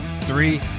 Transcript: three